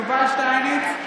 יובל שטייניץ,